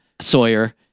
Sawyer